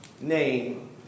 name